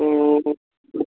हं